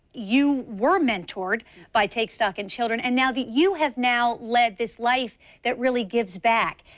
you were mentored by take stock in children and now that you have now led this life that really gives back.